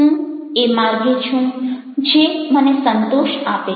હું એ માર્ગે છું જે મને સંતોષ આપે છે